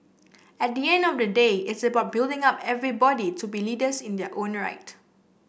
at the end of the day it's about building up everybody to be leaders in their own right